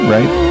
Right